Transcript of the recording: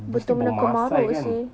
mesti benda kemaruk seh